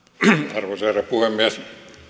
arvoisa herra puhemies